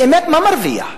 באמת, מה מרוויח?